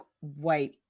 white